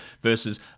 Versus